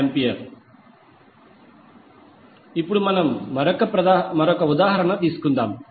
4°A ఇప్పుడు మనం మరొక ఉదాహరణ తీసుకుందాం